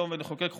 ונחוקק חוקים,